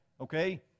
okay